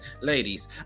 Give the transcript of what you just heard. Ladies